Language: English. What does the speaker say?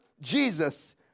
Jesus